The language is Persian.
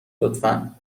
لطفا